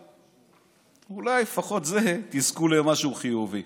אולי לפחות בזה תזכו למשהו חיובי.